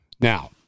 Now